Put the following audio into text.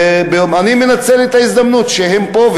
ואני מנצל את ההזדמנות שהם פה,